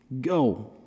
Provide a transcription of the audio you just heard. go